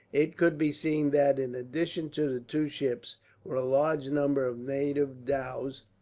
it could be seen that in addition to the two ships were a large number of native dhows.